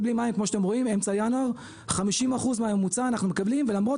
לדבר בנושא הזה ולנסות לחזור לאותו מתווה.